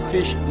Fish